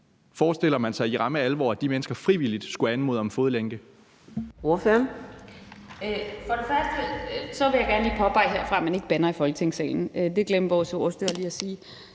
For det første vil jeg gerne lige påpege herfra, at man ikke bander i Folketingssalen. Det glemte vores ordstyrer lige